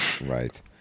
Right